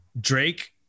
Drake